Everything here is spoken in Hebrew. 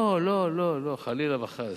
לא לא לא לא, חלילה וחס.